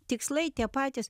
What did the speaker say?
tikslai tie patys